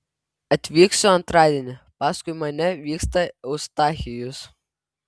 atvyksiu antradienį paskui mane vyksta eustachijus